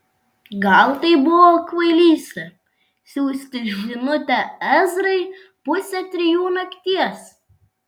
gal tai buvo kvailystė siųsti žinutę ezrai pusę trijų nakties